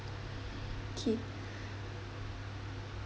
okay